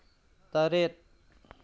ꯇꯔꯦꯠ